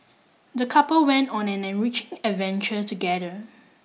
the couple went on an enriching adventure together